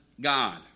God